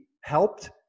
helped